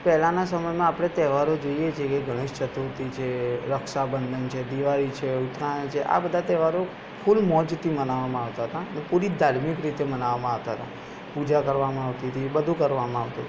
પહેલાના સમયમાં આપણે તહેવારો જોઈએ છે કે ગણેશચતુર્થી છે રક્ષાબંધન છે દીવાળી છે ઉત્તરાયણ છે આ બધા તહેવારો ફૂલ મોજથી મનાવવામાં આવતા હતા પૂરી ધાર્મિક રીતે મનાવવામાં આવતા હતા પૂજા કરવામાં આવતી હતી બધું કરવામાં આવતું હતું